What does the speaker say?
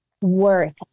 Worth